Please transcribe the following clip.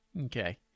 Okay